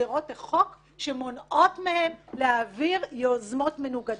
גדרות החוק שמונעות מהם להעביר יוזמות מנוגדות.